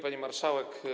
Pani Marszałek!